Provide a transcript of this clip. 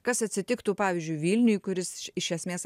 kas atsitiktų pavyzdžiui vilniuj kuris iš iš esmės